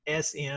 SM